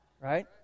right